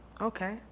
Okay